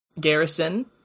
Garrison